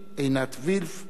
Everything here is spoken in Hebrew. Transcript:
עינת וילף,